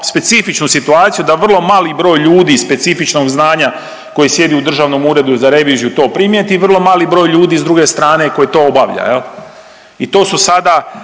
specifičnu situaciju da vrlo mali broj ljudi specifičnog znanja koje sjedi u Državnom uredu za reviziju to primijeti i vrlo mali broj ljudi, s druge strane koji to obavlja, je li? I to su sada,